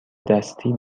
دستی